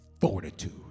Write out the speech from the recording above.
fortitude